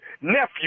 nephew